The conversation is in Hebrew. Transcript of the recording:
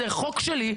זה חוק שלי,